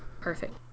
Perfect